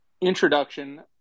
introduction